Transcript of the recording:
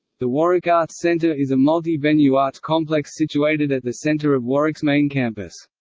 the warwick arts centre is a multi-venue arts complex situated at the centre of warwick's main campus.